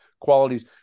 qualities